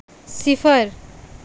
صفر